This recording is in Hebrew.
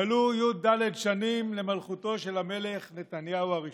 מלאו י"ד שנים למלכותו של המלך נתניהו הראשון,